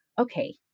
okay